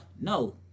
No